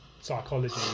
psychology